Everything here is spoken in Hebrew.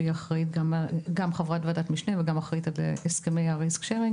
שהיא גם חברת ועדת משנה וגם אחראית על הסכמי ה-risk sharing,